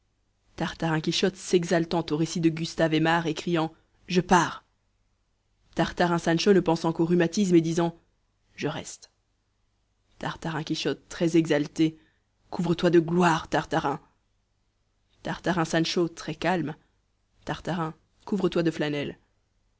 tartarin quichotte s'exaltant aux récits de gustave aimard et criant je pars tartarin sancho ne pensant qu'aux rhumatismes et disant je reste tartarin quichotte très exalté couvre-toi de gloire tartarin tartarin sancho très calme tartarin couvre-toi de flanelle